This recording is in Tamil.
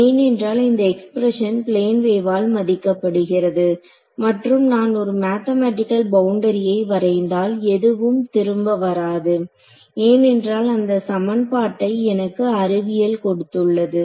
ஏனென்றால் இந்த எக்ஸ்பிரஷன் பிளேன் வேவால் மதிக்கப்படுகிறது மற்றும் நான் ஒரு மேத்தமேட்டிக்கல் பவுண்டரியை வரைந்தால் எதுவும் திரும்ப வராது ஏனென்றால் அந்த சமன்பாட்டை எனக்கு அறிவியல் கொடுத்துள்ளது